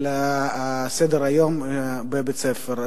על סדר-היום בבית-הספר.